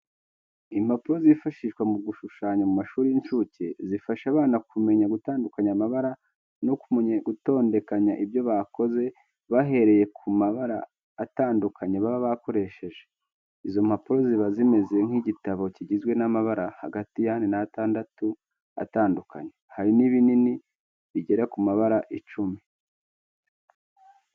Impapuro zifashishwa mu gushushanya mu mashuri y'incuke. Zifasha abana kumenya gutandukanya amabara no kumenya gutondekanya ibyo bakoze bahereye ku mabara atandukanye baba bakoresheje. Izo mpapuro ziba zimeze nk'igitabo kigizwe n'amabara hagati y'ane n'atandatu atandukanye, hari n'ibinini bigera ku mabara icumi.